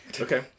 Okay